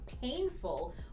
painful